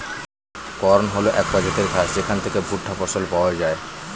corn হল এক প্রজাতির ঘাস যেখান থেকে ভুট্টা ফসল পাওয়া যায়